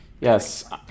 Yes